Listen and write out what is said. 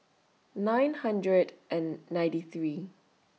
nine hundred and ninety three